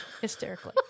hysterically